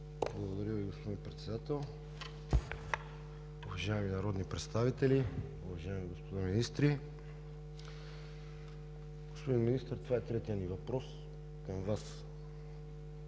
Благодаря Ви, господин Председател. Уважаеми народни представители, уважаеми господа министри! Господин Министър, това е третият ми въпрос към Вас.